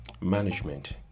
Management